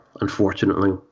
unfortunately